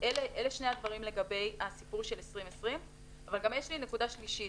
אלה שני הדברים לגבי הסיפור של 2020. אבל יש לי גם נקודה שלישית.